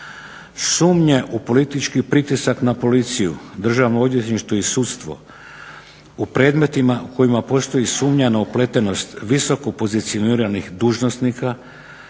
Sumnje u politički pritisak na policiju, Državno odvjetništvo i sudstvo u predmetima u kojima postoji sumnja na upletenost visokopozicioniranih dužnosnika,